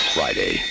Friday